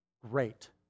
Great